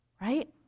right